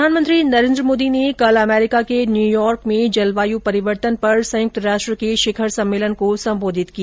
प्रधानमंत्री नरेंद्र मोदी ने कल अमेरिका के न्यूयार्क में जलवायु परिवर्तन पर संयुक्त राष्ट्र के शिखर सम्मेलन को संबोधित किया